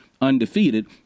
undefeated